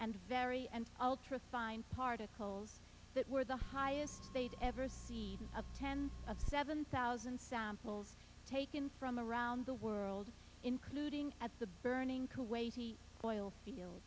and very and ultra fine particles that were the highest they'd ever seen a ten of seven thousand samples taken from around the world including at the burning kuwaiti oil field